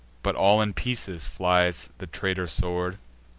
but all in pieces flies the traitor sword,